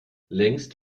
längst